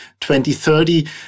2030